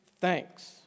thanks